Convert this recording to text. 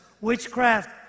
witchcraft